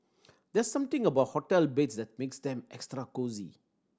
there's something about hotel beds that makes them extra cosy